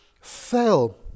fell